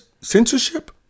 censorship